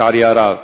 לצערי הרב.